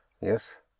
Yes